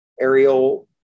aerial